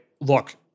look